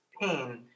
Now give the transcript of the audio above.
pain